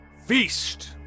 Feast